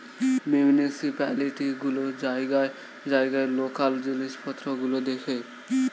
municipality গুলো জায়গায় জায়গায় লোকাল জিনিসপত্র গুলো দেখে